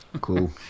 Cool